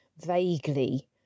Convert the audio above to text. vaguely